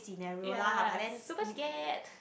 ya I'm super scared